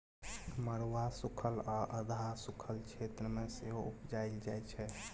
मरुआ सुखल आ अधहा सुखल क्षेत्र मे सेहो उपजाएल जाइ छै